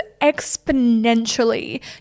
exponentially